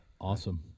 Awesome